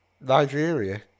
Nigeria